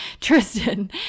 Tristan